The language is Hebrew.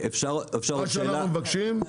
מה שאנחנו מבקשים,